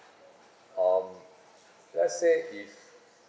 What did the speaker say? um let say if